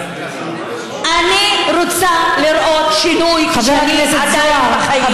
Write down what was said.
אני רוצה לראות שינוי כשאני עדיין בחיים.